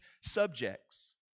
subjects